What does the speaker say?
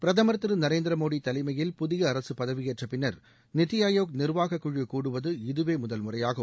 பிரதம் திரு நரேந்திர மோடி தலைமையில் புதிய அரசு பதவியேற்ற பின்னா் நித்தி ஆயோக் நிா்வாக குழு கூடுவது இதுவே முதல் முறையாகும்